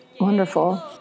wonderful